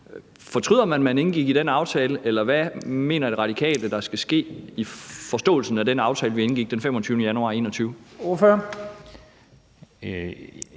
Fortryder man, at man indgik den aftale, eller hvad mener De Radikale der skal ske i forhold til forståelsen af den aftale, vi indgik den 25. januar 2021? Kl.